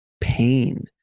pain